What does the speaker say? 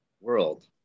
world